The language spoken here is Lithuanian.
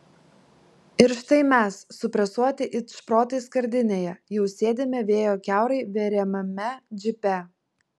ir štai mes supresuoti it šprotai skardinėje jau sėdime vėjo kiaurai veriamame džipe